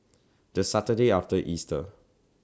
The Saturday after Easter